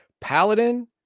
Paladin